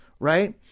right